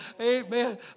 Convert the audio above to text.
Amen